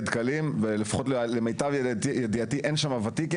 דקלים ולפחות למיטב ידיעתי אין שם ותיקין,